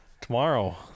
Tomorrow